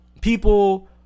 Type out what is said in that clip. people